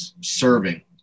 serving